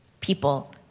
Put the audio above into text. people